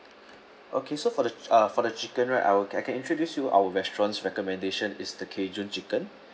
okay so for the uh for the chicken right I will I can introduce you our restaurants recommendation is the cajun chicken